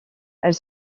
elle